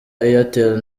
airtel